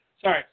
sorry